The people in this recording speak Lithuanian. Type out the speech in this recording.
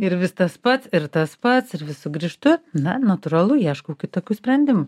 ir vis tas pats ir tas pats ir vis sugrįžtu na natūralu ieškau kitokių sprendimų